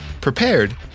prepared